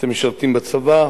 אתם משרתים בצבא,